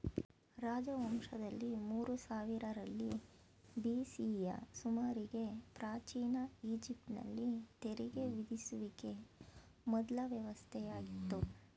ರಾಜವಂಶದಲ್ಲಿ ಮೂರು ಸಾವಿರರಲ್ಲಿ ಬಿ.ಸಿಯ ಸುಮಾರಿಗೆ ಪ್ರಾಚೀನ ಈಜಿಪ್ಟ್ ನಲ್ಲಿ ತೆರಿಗೆ ವಿಧಿಸುವಿಕೆ ಮೊದ್ಲ ವ್ಯವಸ್ಥೆಯಾಗಿತ್ತು